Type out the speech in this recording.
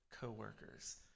coworkers